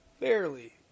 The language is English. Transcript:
Barely